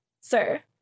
Sir